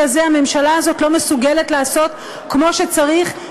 הזה הממשלה הזאת לא מסוגלת לעשות כמו שצריך,